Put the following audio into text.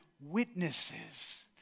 witnesses